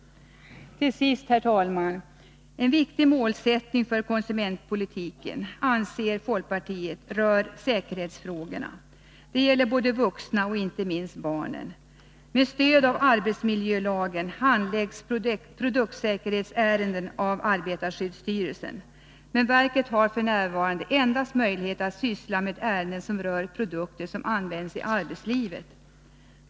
En viktig målsättning för konsumentpolitiken rör enligt folkpartiets mening säkerhetsfrågorna. Det gäller vuxna och inte minst barn. Med stöd av arbetsmiljölagen handläggs produktsäkerhetsärenden av arbetarskyddsstyrelsen. Men verket har f. n. endast möjlighet att syssla med ärenden som rör produkter som används i arbetslivet.